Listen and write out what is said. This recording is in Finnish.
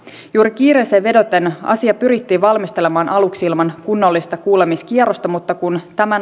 juuri kiireeseen vedoten asia pyrittiin valmistelemaan aluksi ilman kunnollista kuulemiskierrosta mutta kun tämä